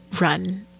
run